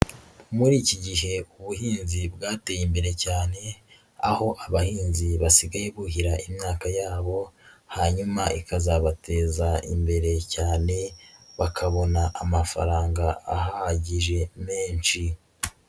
Muri iki gihe ubuhinzi bwateye imbere cyane aho abahinzi basigaye buhira imyaka yabo, hanyuma ikazabateza imbere cyane bazabona amafaranga ahagije menshi.